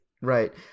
Right